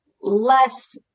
less